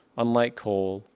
unlike coal,